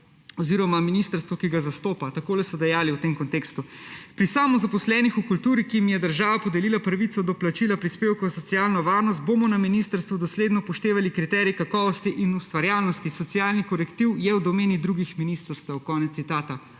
oziroma ministrstvo, ki ga zastopa. Takole so dejali v tem kontekstu: »Pri samozaposlenih v kulturi, ki jim je država podelila pravico do plačila prispevkov za socialno varnost, bomo na ministrstvu dosledno upoštevali kriterij kakovosti in ustvarjalnosti. Socialni korektiv je v domeni drugih ministrstev.«